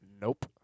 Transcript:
Nope